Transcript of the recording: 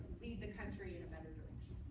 lead the country in a better direction.